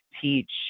teach